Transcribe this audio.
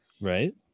Right